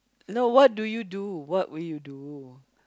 no what do you do what will you do